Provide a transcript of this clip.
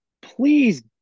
please